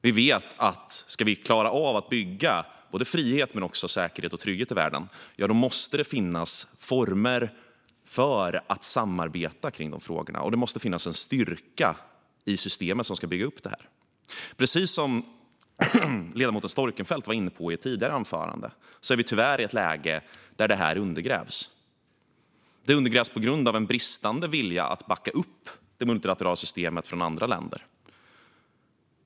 Vi vet att om vi ska klara av att bygga frihet men också säkerhet och trygghet i världen måste det finnas former för att samarbeta kring de frågorna, och det måste finnas styrka i systemet som ska bygga upp detta. Precis som ledamoten Storckenfeldt var inne på i sitt anförande är vi tyvärr i ett läge där det här undergrävs. Det undergrävs på grund av bristande vilja från andra länder att backa upp det multilaterala systemet.